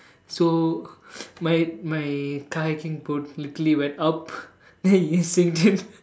so my my kayaking boat literally went up then it sinked in